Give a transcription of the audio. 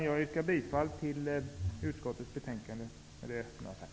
Jag yrkar bifall till utskottets hemställan i betänkandet.